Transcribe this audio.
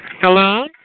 Hello